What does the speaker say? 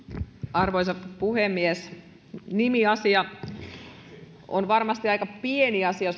arvoisa puhemies nimiasia on varmasti aika pieni asia